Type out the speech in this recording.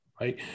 Right